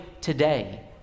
today